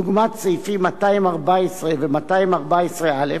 דוגמת סעיפים 214 ו-214א,